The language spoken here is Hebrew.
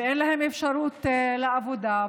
אין להם אפשרות לעבודה,